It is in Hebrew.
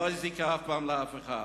לא הזיק אף פעם לאף אחד.